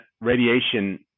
radiation